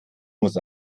muss